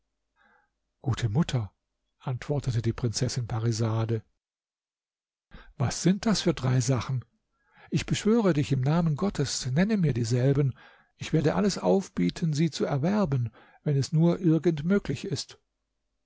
gute mutter antwortete die prinzessin parisade was sind das für drei sachen ich beschwöre dich im namen gottes nenne mir dieselben ich werde alles aufbieten sie zu erwerben wenn es nur irgend möglich ist